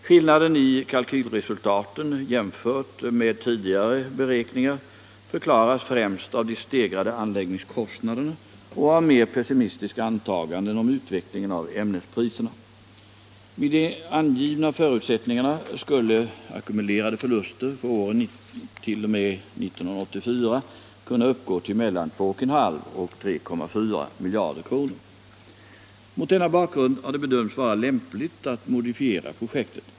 Skillnaden i kalkylresultaten jämfört med tidigare beräkningar förklaras främst av de stegrade anläggningskostnaderna och av mer pessimistiska antaganden om utvecklingen av ämnespriserna. Vid de angivna förutsättningarna skulle ackumulerade förluster för åren t.o.m. 1984 kunna uppgå till mellan 2,5 och 3,4 miljarder kronor. Mot denna bakgrund har det bedömts vara lämpligt att modifiera projektet.